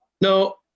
no